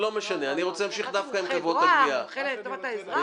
חשבתי מומחה דואר, מומחה לטובת האזרח.